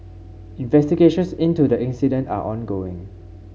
investigations into the incident are ongoing